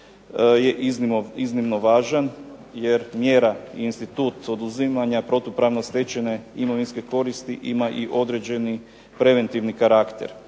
je iznimno važan jer mjera, institut oduzimanja protupravno stečene imovinske koristi ima određeni preventivni karakter.